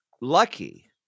lucky